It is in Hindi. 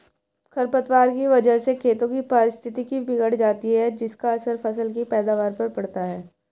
खरपतवार की वजह से खेतों की पारिस्थितिकी बिगड़ जाती है जिसका असर फसल की पैदावार पर पड़ता है